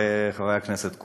חברי הכנסת כולם,